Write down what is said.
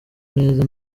neza